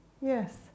Yes